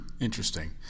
Interesting